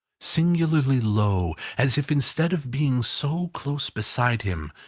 singularly low, as if instead of being so close beside him,